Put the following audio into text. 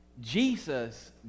Jesus